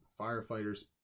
firefighters